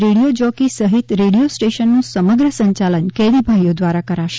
radio jockey સહિત radio સ્ટેશનનું સમગ્ર સંચાલન કેદીભાઈઓ દ્વારા કરાશે